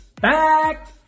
back